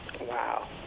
Wow